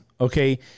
okay